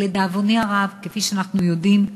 אבל לדאבוני הרב, כפי שאנחנו יודעים,